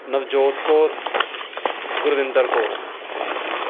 Navjot Kaur Gurwinder Kaur